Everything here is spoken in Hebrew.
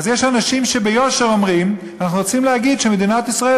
אז יש אנשים שביושר אומרים: אנחנו רוצים להגיד שמדינת ישראל